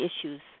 issues